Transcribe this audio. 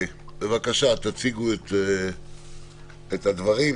תציגו את הדברים,